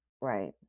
right